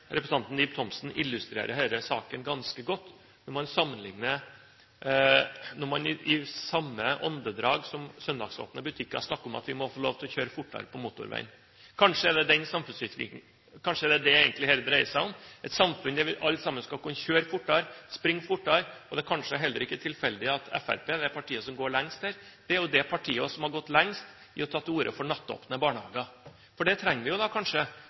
vi må få lov til å kjøre fortere på motorveien. Kanskje er det det det egentlig dreier seg om: et samfunn der vi alle skal kunne kjøre fortere, springe fortere, og det er kanskje heller ikke tilfeldig at Fremskrittspartiet er det partiet som går lengst her. Det er jo det partiet som har gått lengst i å ta til orde for nattåpne barnehager, for det trenger vi kanskje når butikkene og alt skal være åpent hele uken rundt. Kanskje